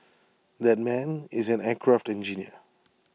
that man is an aircraft engineer